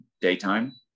Daytime